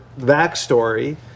backstory